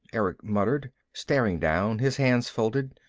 erick muttered, staring down, his hands folded.